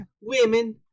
Women